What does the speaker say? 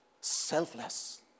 selfless